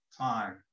time